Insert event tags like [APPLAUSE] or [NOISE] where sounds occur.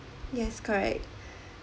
yes correct [BREATH]